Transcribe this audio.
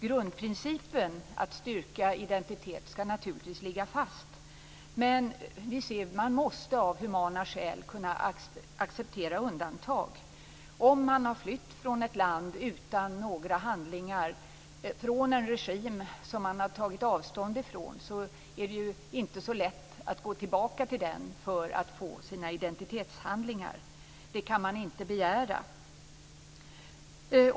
Grundprincipen att styrka identitet skall naturligtvis ligga fast, men av humana skäl måste man kunna acceptera undantag. Om man har flytt från ett land utan några handlingar, från en regim som man har tagit avstånd ifrån, är det inte så lätt att gå tillbaka och få sina identitetshandlingar. Det kan man inte begära.